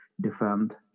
defend